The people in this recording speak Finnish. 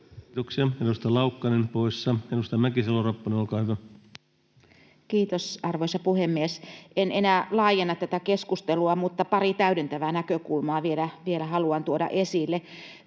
Kiitoksia. — Edustaja Laukkanen poissa. Edustaja Mäkisalo-Ropponen, olkaa hyvä. Kiitos, arvoisa puhemies! En enää laajenna tätä keskustelua, mutta pari täydentävää näkökulmaa vielä haluan tuoda esille.